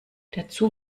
dazu